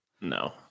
No